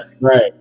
right